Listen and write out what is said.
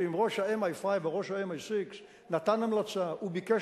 שאם ראש ה-5 MIאו ראש ה-6MI נתן המלצה וביקש